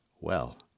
Well